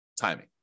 timing